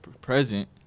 present